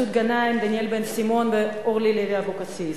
מסעוד גנאים, דניאל בן-סימון ואורלי לוי אבקסיס.